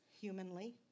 humanly